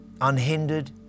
Unhindered